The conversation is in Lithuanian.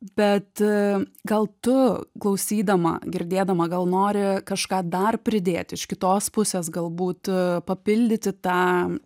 bet gal tu klausydama girdėdama gal nori kažką dar pridėti iš kitos pusės galbūt papildyti tą